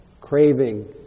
Craving